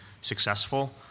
successful